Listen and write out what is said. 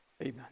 Amen